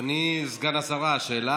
אדוני סגן השרה, השאלה